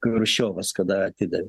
kavarščiovas kada atidavė